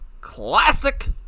Classic